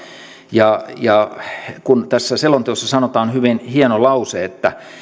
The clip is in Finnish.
ja kun tässä selonteossa sanotaan hyvin hieno lause että